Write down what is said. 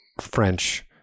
French